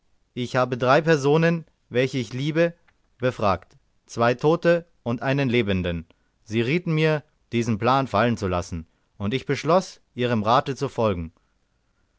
ich habe drei personen welche ich liebe befragt zwei tote und einen lebenden sie rieten mir diesen plan fallen zu lassen und ich beschloß ihrem rate zu folgen